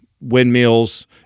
windmills